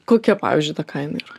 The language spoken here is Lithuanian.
kokia pavyzdžiui ta kaina yra